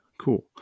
cool